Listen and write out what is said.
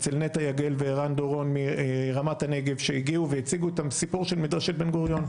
אצל נטע יגל וערן דורון מרמת הנגב שהציגו את הסיפור של מדרשת בן גוריון,